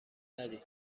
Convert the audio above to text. ندید